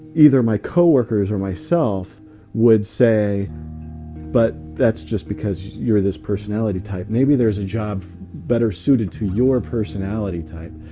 either my co-workers or myself would say but that's just because you're this personality type. maybe there's a job better suited to your personality type.